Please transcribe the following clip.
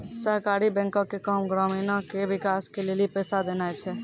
सहकारी बैंको के काम ग्रामीणो के विकास के लेली पैसा देनाय छै